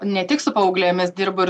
ne tik su paauglėmis dirbu ir